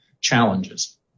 challenges